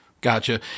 Gotcha